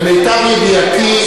למיטב ידיעתי,